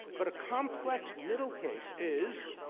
but accomplice middle case is,